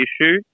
issue